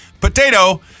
potato